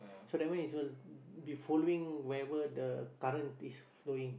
so that means you will be following wherever the current is flowing